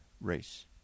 race